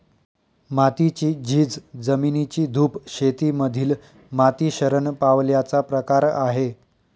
मातीची झीज, जमिनीची धूप शेती मधील माती शरण पावल्याचा प्रकार आहे